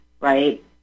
right